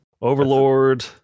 Overlord